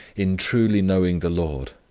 in truly knowing the lord,